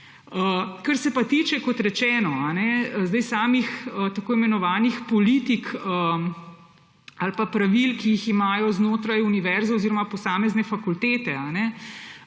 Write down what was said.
Kar se pa tiče samih tako imenovanih politik ali pa pravil, ki jih imajo znotraj univerze oziroma posamezne fakultete